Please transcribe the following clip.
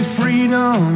freedom